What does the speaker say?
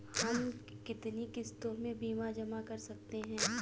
हम कितनी किश्तों में बीमा जमा कर सकते हैं?